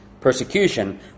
persecution